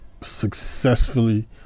Successfully